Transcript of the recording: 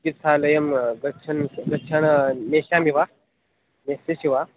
चिकित्सालयं गच्छन्तः गच्छन् नेष्यामि वा नेष्यसि वा